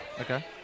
Okay